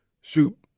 shoot